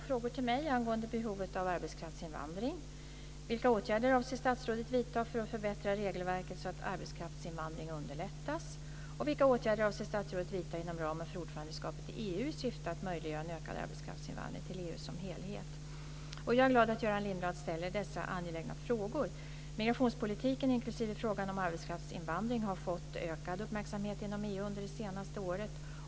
Fru talman! Göran Lindblad har ställt två frågor till mig angående behovet av arbetskraftsinvandring. Jag är glad att Göran Lindblad ställer dessa angelägna frågor. Migrationspolitiken, inklusive frågan om arbetskraftsinvandring, har fått ökad uppmärksamhet inom EU under det senaste året.